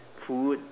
food